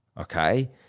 okay